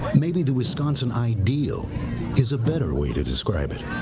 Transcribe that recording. maybe the wisconsin ideal is a better way to describe it.